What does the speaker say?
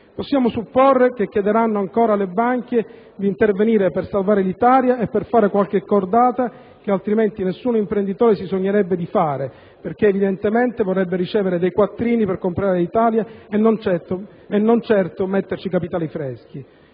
Possiamo supporre che chiederanno ancora alle banche di intervenire per salvare Alitalia e per fare qualche cordata che altrimenti nessun imprenditore si sognerebbe di fare, perché evidentemente vorrebbe ricevere dei quattrini per comprarla e non certo metterci capitali freschi.